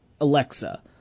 Alexa